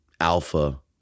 alpha